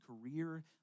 career